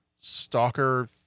stalker